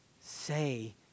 say